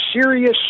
serious